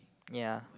ya